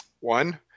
One